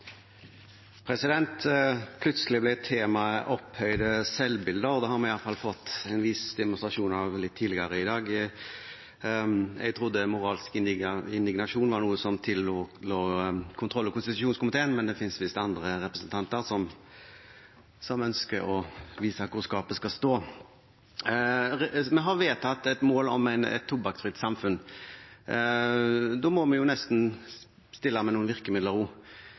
Plutselig ble temaet Høyres opphøyde selvbilde, og det har vi iallfall fått en viss demonstrasjon av litt tidligere i dag. Jeg trodde moralsk indignasjon var noe som tillå kontroll- og konstitusjonskomiteen, men det fins visst andre representanter som ønsker å vise hvor skapet skal stå. Vi har vedtatt et mål om et tobakksfritt samfunn. Da må vi jo nesten stille med noen virkemidler